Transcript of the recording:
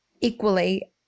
equally